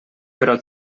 però